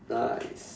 nice